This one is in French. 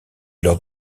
lors